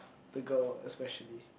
the girl especially